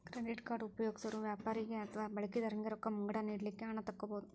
credit card ಉಪಯೊಗ್ಸೊರು ವ್ಯಾಪಾರಿಗೆ ಅಥವಾ ಬಳಕಿದಾರನಿಗೆ ರೊಕ್ಕ ಮುಂಗಡ ನೇಡಲಿಕ್ಕೆ ಹಣ ತಕ್ಕೊಬಹುದು